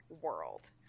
world